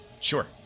Sure